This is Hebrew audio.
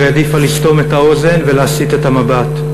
העדיפה לסתום את האוזן ולהסיט את המבט.